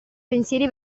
pensieri